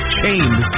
chained